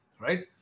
Right